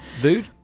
Dude